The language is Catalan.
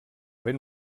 ben